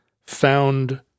found